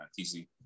TC